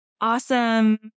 awesome